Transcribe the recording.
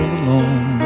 alone